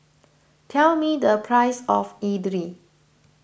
tell me the price of Idly